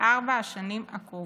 בארבע השנים הקרובות.